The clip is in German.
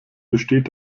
besteht